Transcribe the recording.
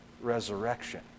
resurrection